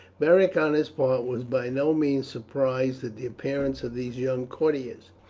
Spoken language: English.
beric on his part was by no means surprised at the appearance of these young courtiers.